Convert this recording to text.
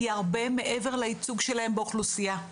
היא הרבה מעבר לייצוג שלהם באוכלוסייה.